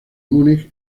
múnich